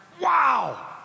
Wow